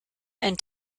and